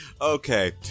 Okay